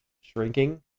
shrinking